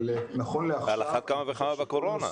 אבל נכון לעכשיו --- על אחת כמה וכמה בקורונה.